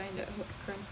kinda